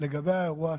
לגבי האירוע הספציפי,